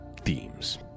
themes